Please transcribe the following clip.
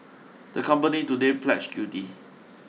the company today pledge guilty